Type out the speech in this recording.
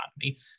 economy